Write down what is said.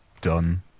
done